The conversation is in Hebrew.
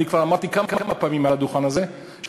אני כבר אמרתי כמה פעמים מעל הדוכן הזה שבאמת,